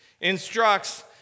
instructs